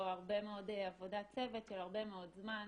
יש פה הרבה מאוד עבודת צוות של הרבה מאוד זמן,